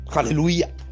Hallelujah